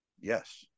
Yes